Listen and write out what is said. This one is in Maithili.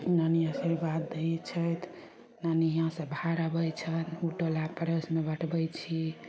नानी आशीर्वाद दै छथि नानी इहाँसँ भाड़ अबय छनि उ टोला पड़ोसमे बटबय छी